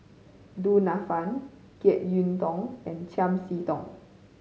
Du Nanfa Jek Yeun Thong and Chiam See Tong